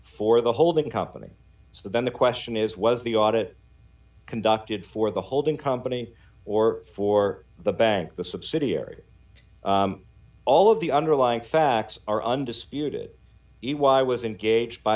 for the holding company so then the question is was the audit conducted for the holding company or for the bank the subsidiary all of the underlying facts are undisputed e y was engaged by